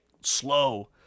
Slow